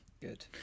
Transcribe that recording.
Good